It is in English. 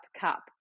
cup